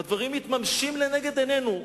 והדברים מתממשים לנגד עינינו.